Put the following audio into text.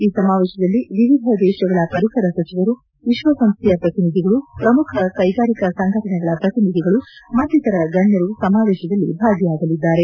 ಈ ಸಮಾವೇಶದಲ್ಲಿ ವಿವಿಧ ದೇಶಗಳ ಪರಿಸರ ಸಚಿವರು ವಿಶ್ವಸಂಸ್ಥೆಯ ಪ್ರತಿನಿಧಿಗಳು ಪ್ರಮುಖ ಕ್ಲೆಗಾರಿಕಾ ಸಂಘಟನೆಗಳ ಪ್ರತಿನಿಧಿಗಳು ಮತ್ತಿತರ ಗಣ್ಣರು ಸಮಾವೇಶದಲ್ಲಿ ಭಾಗಿಯಾಗಲಿದ್ದಾರೆ